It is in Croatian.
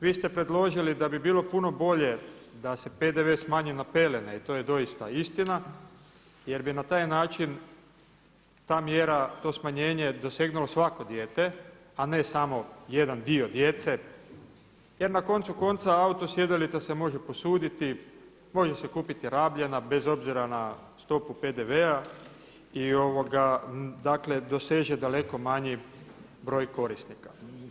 Vi ste predložili da bi bilo puno bolje da se PDV smanji na pelene, i to je doista istina, jer bi na taj način ta mjera to smanjenje dosegnulo svako dijete, a ne samo jedan dio djece jer na koncu konca auto sjedalica se može posuditi, može se kupiti rabljena, bez obzira na stopu PDV-a i doseže daleko manji broj korisnika.